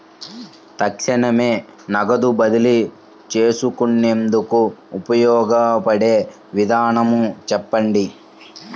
తక్షణమే నగదు బదిలీ చేసుకునేందుకు ఉపయోగపడే విధానము చెప్పండి?